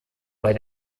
bei